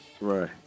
Right